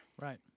Right